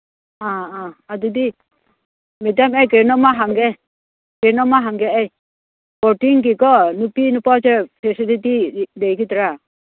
ꯑꯥ ꯑꯥ ꯑꯗꯨꯗꯤ ꯃꯦꯗꯥꯝ ꯑꯩ ꯀꯩꯅꯣꯝ ꯑꯃ ꯍꯪꯒꯦ ꯀꯩꯅꯣꯝꯃ ꯍꯪꯒꯦ ꯑꯩ ꯕꯣꯔꯗꯤꯡꯒꯤꯀꯣ ꯅꯨꯄꯤ ꯅꯨꯄꯥꯁꯦ ꯐꯦꯁꯤꯂꯤꯇꯤ ꯂꯩꯒꯗ꯭ꯔꯥ